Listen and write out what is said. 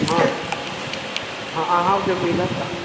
हँ हँ अहाँके मिलत